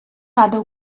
рада